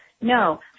No